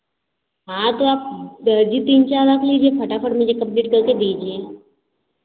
हाँ तो आप दर्जी तीन चार रख लीजिए फटाफट मुझे कंप्लीट करके दीजिए